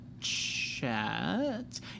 chat